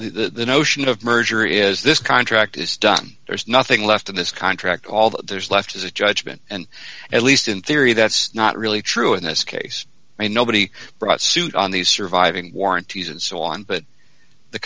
the notion of merger is this contract is done there's nothing left in this contract all that there is left is a judgment and at least in theory that's not really true in this case nobody brought suit on these surviving warranties and so on but the